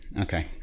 okay